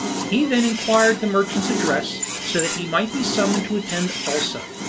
he then inquired the merchant's address, so that he might be summoned to attend also.